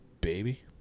baby